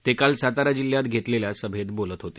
ते काल सातारा जिल्ह्यात घेतलेल्या सभेत बोलत होते